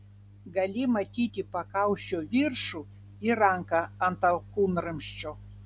gali matyti pakaušio viršų ir ranką ant alkūnramsčio